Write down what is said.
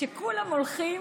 כשכולם הולכים,